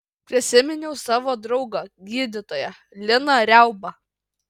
prisiminiau savo draugą gydytoją liną riaubą